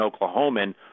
Oklahoman